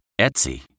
Etsy